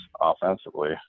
offensively